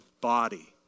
body